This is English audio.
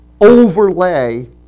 overlay